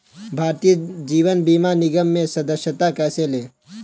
भारतीय जीवन बीमा निगम में सदस्यता कैसे लें?